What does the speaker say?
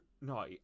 no